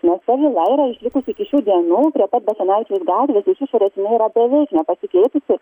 nes ta vila yra išlikusi iki šių dienų prie pat basanavičiaus gatvės iš išorės inai yra beveik nepasikeitusi